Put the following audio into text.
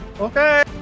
Okay